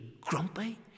grumpy